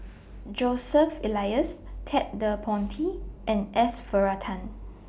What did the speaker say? Joseph Elias Ted De Ponti and S Varathan